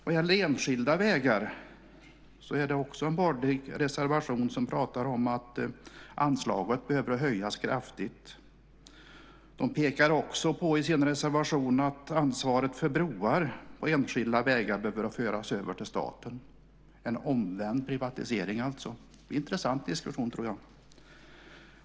Vad gäller enskilda vägar finns det en borgerlig reservation där man pratar om att anslaget behöver höjas kraftigt. Man pekar också i sin reservation på att ansvaret för broar och enskilda vägar behöver föras över till staten - alltså en privatisering omvänt. Jag tror det kan bli en intressant diskussion.